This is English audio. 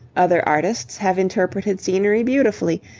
other artists have interpreted scenery beautifully,